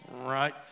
Right